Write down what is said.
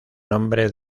nombre